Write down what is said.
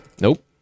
Nope